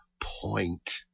point